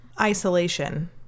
isolation